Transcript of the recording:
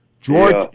George